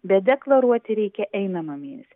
bet deklaruoti reikia einamą mėnes